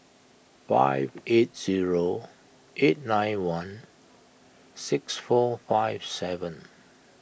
five eight zero eight nine one six four five seven